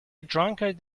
drunkard